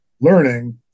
learning